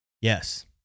Yes